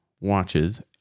watches